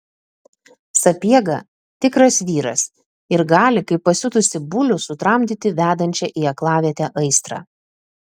sapiega tikras vyras ir gali kaip pasiutusį bulių sutramdyti vedančią į aklavietę aistrą